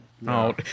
No